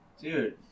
Dude